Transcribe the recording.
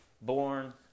born